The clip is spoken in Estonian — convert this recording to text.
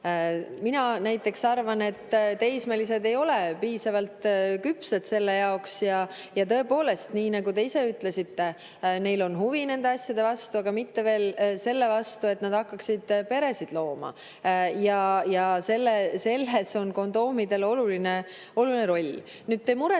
Mina näiteks arvan, et teismelised ei ole piisavalt küpsed selle jaoks. Ja tõepoolest, nii nagu te ise ütlesite, neil on huvi nende asjade vastu, aga mitte veel selle vastu, et hakata peresid looma. Ja selles on kondoomidel oluline roll. Nüüd, te muretsete